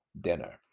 dinner